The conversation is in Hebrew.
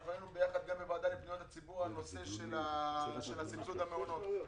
אנחנו היינו ביחד גם בוועדה לפניות הציבור על הנושא של סבסוד המעונות.